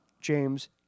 James